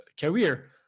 career